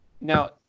now